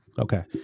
Okay